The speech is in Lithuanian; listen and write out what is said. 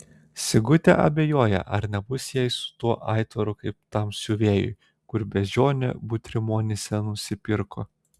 sigutė abejoja ar nebus jai su tuo aitvaru kaip tam siuvėjui kur beždžionę butrimonyse nusipirko